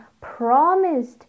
promised